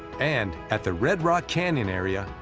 and at the red rock canyon area,